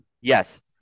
Yes